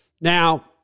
Now